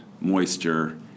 moisture